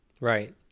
Right